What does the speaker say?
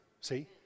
See